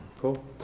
Cool